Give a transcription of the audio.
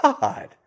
God